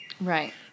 Right